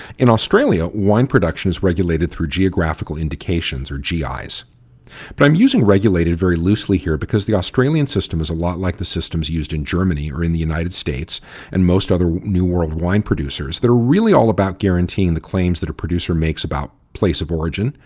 in australia, wine production is regulated through geographical indications or gi's, but i'm using regulated very loosely here because the australian system is a lot like the systems used in germany or in the united states and most other new world wine producers that are really all about guaranteeing the claims that a producer makes about place of origin,